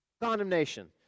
Condemnation